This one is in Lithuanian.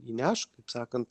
įnešk kaip sakant